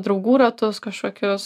draugų ratus kažkokius